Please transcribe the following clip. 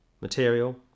material